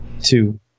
two